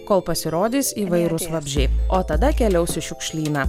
kol pasirodys įvairūs vabzdžiai o tada keliaus į šiukšlyną